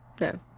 no